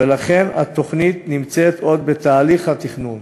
ולכן התוכנית נמצאת עוד בתהליך התכנון.